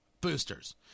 boosters